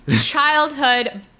childhood